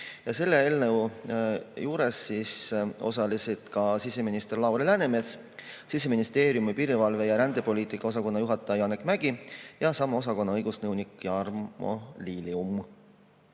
Selle eelnõu [arutelus] osalesid ka siseminister Lauri Läänemets, Siseministeeriumi piirivalve‑ ja rändepoliitika osakonna juhataja Janek Mägi ja sama osakonna õigusnõunik Jarmo Lilium.